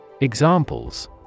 Examples